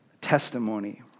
testimony